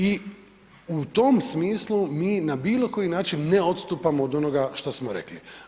I u tom smislu mi na bilo koji način ne odstupamo od onoga što smo rekli.